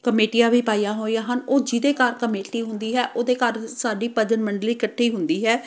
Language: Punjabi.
ਕਮੇਟੀਆਂ ਵੀ ਪਾਈਆਂ ਹੋਈਆਂ ਹਨ ਉਹ ਜਿਹਦੇ ਘਰ ਕਮੇਟੀ ਹੁੰਦੀ ਹੈ ਉਹਦੇ ਘਰ ਸਾਡੀ ਭਜਨ ਮੰਡਲੀ ਇਕੱਠੀ ਹੁੰਦੀ ਹੈ